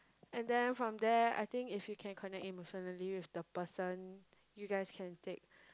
and then from there I think if you can connect emotionally with the person you guys can take